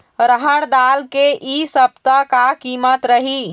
रहड़ दाल के इ सप्ता का कीमत रही?